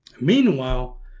Meanwhile